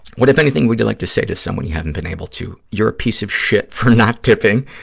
what, if anything, would you like to say to someone you haven't been able to? you're a piece of shit for not tipping,